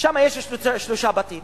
שם יש שלושה בתים